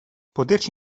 poterci